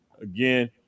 again